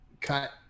cut